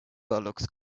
looks